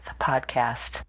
podcast